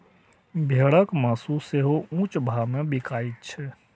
भेड़क मासु सेहो ऊंच भाव मे बिकाइत छै